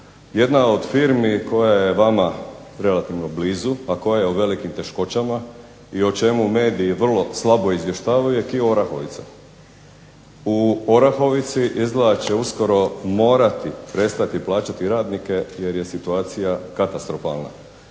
Jedna od firmi koja je vama relativno blizu, a koja je u velikim teškoćama i o čemu mediji vrlo slabo izvještavaju je KIO Orahovica. U Orahovici izgleda da će uskoro morati prestati plaćati radnike jer je situacija katastrofalna.